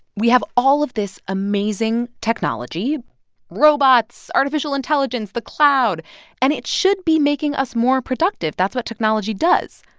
we have all of this amazing technology robots, artificial intelligence, the cloud and it should be making us more productive. that's what technology does.